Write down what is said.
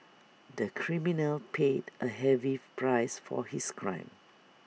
the criminal paid A heavy price for his crime